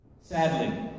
Sadly